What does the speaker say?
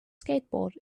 skateboard